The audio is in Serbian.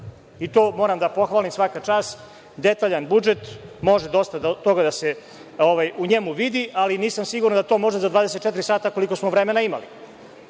i to moram da pohvalim, svaka čast, detaljan budžet, može dosta toga da se u njemu vidi, ali nisam siguran da to može za 24 sata koliko smo vremena imali. Druga